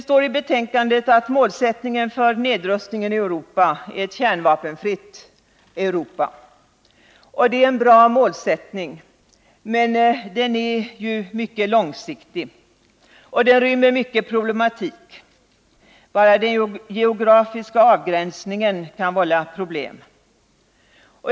Målsättningen för nedrustningen i Europa är — står det i betänkandet — ett kärnvapenfritt Europa. Det är en bra målsättning, men den är mycket långsiktig och rymmer mycken problematik. Bara den geografiska avgränsningen kan vålla problem.